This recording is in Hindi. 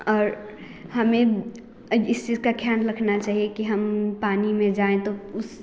और हमें इस चीज का ख्याल रखना चाहिए कि हम पानी में जाएँ तो